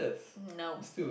no